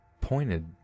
pointed